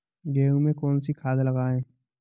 गेहूँ में कौनसी खाद लगाएँ?